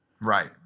Right